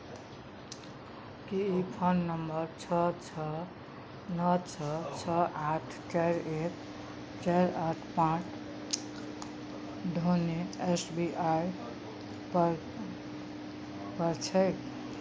की ई phone number छओ छओ नओ छओ छओ आठ चारि एक चारि आठ पाँच ढोने एस बी आई पर पर छैक